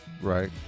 Right